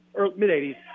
mid-'80s